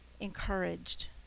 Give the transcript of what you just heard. encouraged